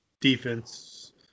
defense